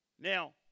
Now